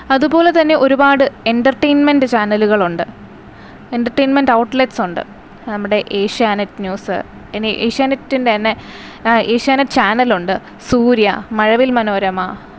അതുപോലെ തന്നെ ഒരുപാട് എൻറ്റർടൈൻമെൻറ്റ് ചാനലുകളുണ്ട് എൻറ്റർടൈൻമെൻറ്റ് ഔട്ട്ലെറ്റ്സ് ഉണ്ട് നമ്മുടെ ഏഷ്യാനെറ്റ് ന്യൂസ് പിന്നെ ഏഷ്യാനെറ്റിൻ്റെ തന്നെ ഏഷ്യാനെറ്റ് ചാനലുണ്ട് സൂര്യ മഴവിൽ മനോരമ